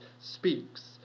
speaks